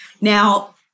Now